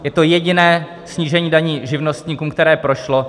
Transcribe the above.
Je to jediné snížení daní živnostníkům, které prošlo.